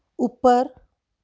ਉੱਪਰ